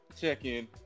check-in